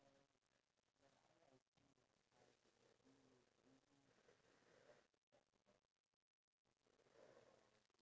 the decisions that you make affect your planning so for example it goes like a sort of like a mind map